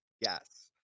yes